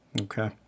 Okay